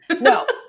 No